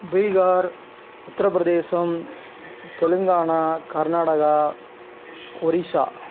Bihar Uttar Pradesh Telangana Karnataka Orissa